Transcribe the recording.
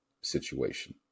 situation